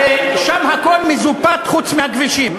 הרי שם הכול מזופת, חוץ מהכבישים.